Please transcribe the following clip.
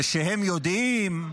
ושהם יודעים,